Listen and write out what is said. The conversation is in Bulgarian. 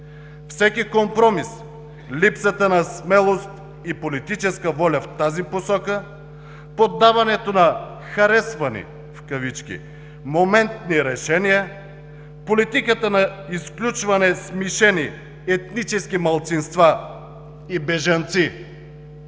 Всеки компромис, липсата на смелост и политическа воля в тази посока, поддаването на „харесвани“ моментни решения, политиката на изключване – с мишени етнически малцинства и бежанци,